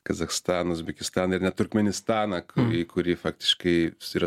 kazachstaną uzbekistaną ir net turkmėnistaną į kurį faktiškai yra